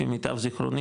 לפי מיטב זכרוני,